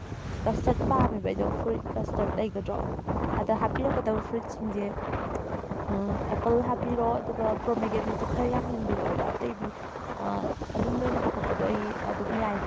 custard ꯄꯥꯝꯃꯦꯕ ꯑꯩꯗꯣ fruit custard ꯂꯩꯒꯗ꯭ꯔꯣ ꯑꯗ ꯍꯥꯞꯄꯤꯔꯛꯀꯗꯕ ꯐ꯭ꯔꯨꯏꯠ ꯁꯤꯡꯁꯦ ꯑꯦꯄꯜ ꯍꯥꯞꯄꯤꯔꯣ ꯑꯗꯨꯒ ꯄꯣꯝꯃꯦꯒ꯭ꯔꯦꯅꯦꯠꯇꯣ ꯈꯔ ꯌꯥꯝꯍꯟꯕꯤꯔꯛꯑꯣꯕ ꯑꯇꯩꯗꯤ ꯑꯗꯨꯝ ꯅꯣꯏꯅ ꯍꯥꯄꯛꯄꯗꯣ ꯑꯩ ꯑꯗꯨꯝ ꯌꯥꯏ